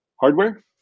hardware